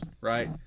right